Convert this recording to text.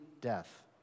death